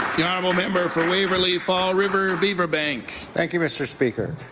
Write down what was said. the honourable member for waverlyly fall river beaver bank. thank you, mr. speaker.